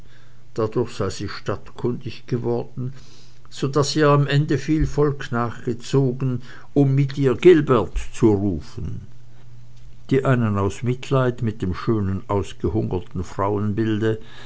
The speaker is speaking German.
dadurch sei sie stadtkundig geworden so daß ihr am ende viel volk nachgezogen um mit ihr gilbert zu rufen die einen aus mitleid mit dem schönen ausgehungerten